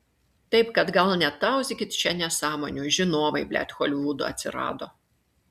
taip kad gal netauzykit čia nesąmonių žinovai blet holivudo atsirado